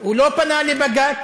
הוא לא פנה לבג"ץ